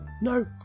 No